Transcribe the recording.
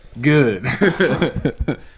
good